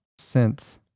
synth